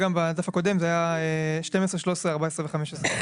בדף הקודם זה היה 12, 13, 14 ו-15.